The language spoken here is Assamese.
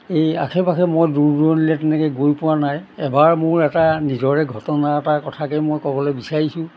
এই আশে পাশে মই দূৰ দূৰণিলে তেনেকৈ গৈ পোৱা নাই এবাৰ মোৰ এটা নিজৰে ঘটনা এটা কথাকে মই ক'বলৈ বিচাৰিছোঁ